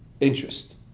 interest